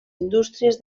indústries